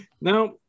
Now